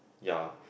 ya